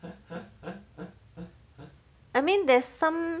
I mean there's some